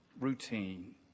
routine